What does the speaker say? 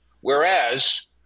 whereas